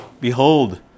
Behold